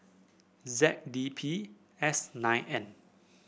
Z D P S nine N